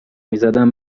میزدم